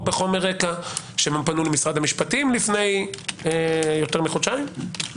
בחומר רקע שפנו למשרד המשפטים לפני יותר מחודשיים,